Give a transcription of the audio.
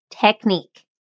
technique